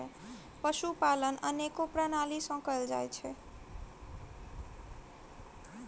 पशुपालन अनेको प्रणाली सॅ कयल जाइत छै